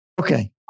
Okay